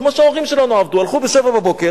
כמו שההורים שלנו עבדו: הלכו ב-07:00,